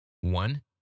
One